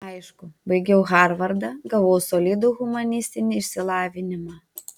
aišku baigiau harvardą gavau solidų humanistinį išsilavinimą